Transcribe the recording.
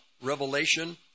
revelation